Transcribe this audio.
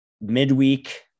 Midweek